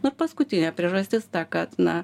nu ir paskutinė priežastis ta kad na